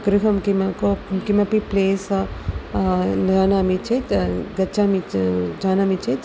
गृहं किं कोप् किमपि प्लेस् जानामि चेत् गच्छामि च जानामि चेत्